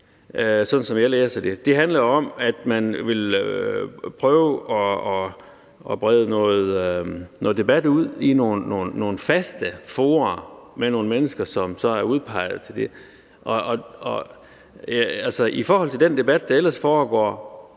sådan som jeg læser det. Det handler jo om, at man vil prøve at brede noget debat ud i nogle faste fora med nogle mennesker, som så er udpeget til det. I forhold til den debat, der ellers foregår